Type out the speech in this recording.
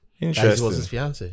interesting